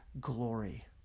glory